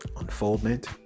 unfoldment